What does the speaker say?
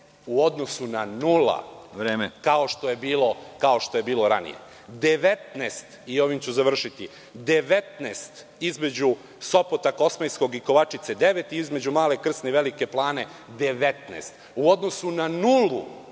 u odnosu na nula, kao što je bilo ranije. Devetnaest i ovim ću završiti, između Sopota kosmajskog i Kovačice devet i između Male Krsne i Velike Plane 19. U odnosu na nulu